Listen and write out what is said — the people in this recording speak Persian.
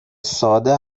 ساده